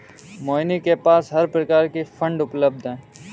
मोहिनी के पास हर प्रकार की फ़ंड उपलब्ध है